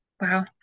wow